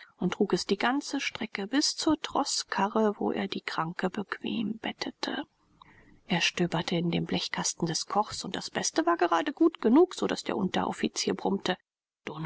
und trug es die ganze strecke bis zur troßkarre wo er die kranke bequem bettete er stöberte in dem blechkasten des kochs und das beste war gerade gut genug so daß der unteroffizier brummte